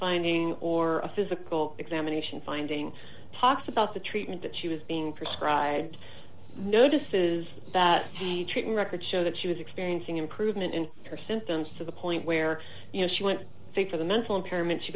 finding or a physical examination finding talks about the treatment that she was being prescribed notices that the treating records show that she was experiencing improvement in her symptoms to the point where she went for the mental impairment she